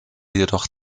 jedoch